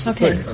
Okay